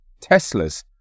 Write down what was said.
Teslas